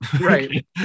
Right